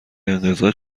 انقضا